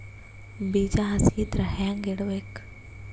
ಬೀಜ ಹಸಿ ಇದ್ರ ಹ್ಯಾಂಗ್ ಇಡಬೇಕು?